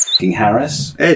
Harris